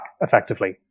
effectively